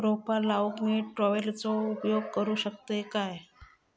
रोपा लाऊक मी ट्रावेलचो उपयोग करू शकतय काय?